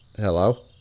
Hello